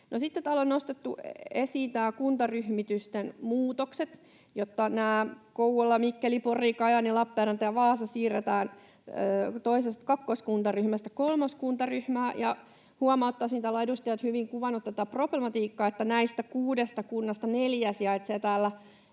Sitten täällä on nostettu esiin kuntaryhmitysten muutokset niin, että Kouvola, Mikkeli, Pori, Kajaani, Lappeenranta ja Vaasa siirretään kakkoskuntaryhmästä kolmoskuntaryhmään. Huomauttaisin — täällä ovat edustajat hyvin kuvanneet tätä problematiikka — että näistä kuudesta kunnasta neljä sijaitsee itäisessä